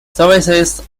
services